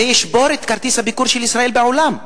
זה ישבור את כרטיס הביקור של ישראל בעולם,